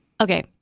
Okay